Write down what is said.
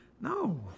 No